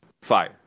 fire